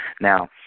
Now